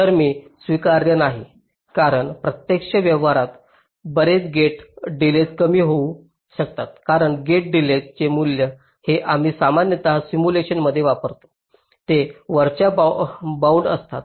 तर हे स्वीकार्य नाही कारण प्रत्यक्ष व्यवहारात बरेच गेट डिलेज कमी होऊ शकतात कारण गेट डिलेजचे मूल्य जे आम्ही सामान्यत सिम्युलेशन मध्ये वापरतो ते वरच्या बाउंड असतात